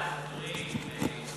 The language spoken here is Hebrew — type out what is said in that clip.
פריג'